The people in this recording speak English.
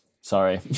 sorry